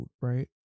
right